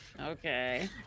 Okay